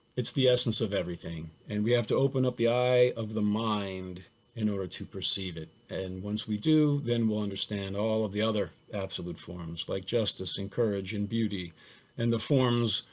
it's the essence of everything. and we have to open up the eye of the mind in order to perceive it. and once we do, then we'll understand all of the other absolute forms like justice and courage and beauty and the forms,